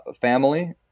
family